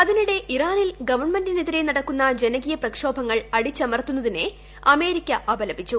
അതിനിടെ ഇറാനിൽ ഗവണമെന്റിനെതിരെ നടക്കുന്ന ജനകീയ പ്രക്ഷോഭങ്ങൾ അടിച്ചമർത്തുന്നതിനെ അമേരിക്ക അപലപിച്ചു